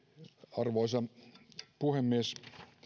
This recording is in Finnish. arvoisa puhemies